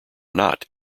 not